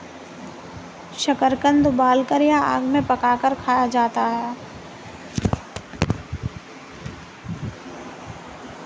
शकरकंद उबालकर या आग में पकाकर खाया जाता है